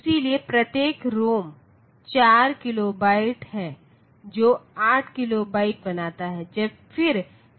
इसलिए प्रत्येक ROM 4 kilobyte है जो 8KB बनाता है